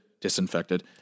disinfected